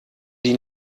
die